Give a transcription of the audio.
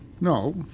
No